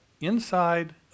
inside